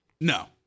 No